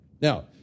Now